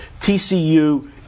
TCU